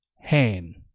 hand